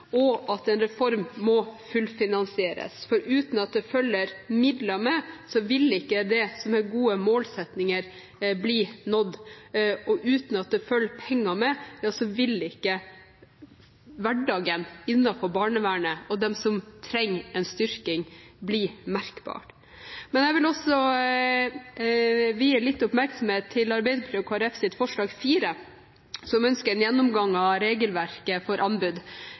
og at en reform må fullfinansieres. Uten at det følger midler med, vil ikke det som er gode målsettinger bli nådd, og uten at det følger penger med, vil det ikke bli merkbart for hverdagen innenfor barnevernet, og for dem som trenger en styrking. Jeg vil også vie forslag nr. 4, fra Arbeiderpartiet og Kristelig Folkeparti, litt oppmerksomhet. Her ønsker man en gjennomgang av regelverket for anbud